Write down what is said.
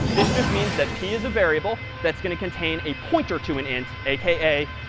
this just means that p is a variable that's going to contain a pointer to an int, a k a.